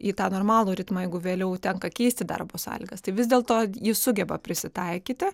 į tą normalų ritmą jeigu vėliau tenka keisti darbo sąlygas tai vis dėlto jis sugeba prisitaikyti